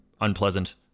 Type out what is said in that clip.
unpleasant